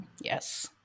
Yes